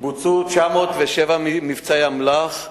בוצעו 907 מבצעי אמל"ח,